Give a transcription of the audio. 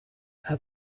her